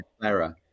Clara